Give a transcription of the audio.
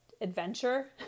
adventure